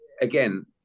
again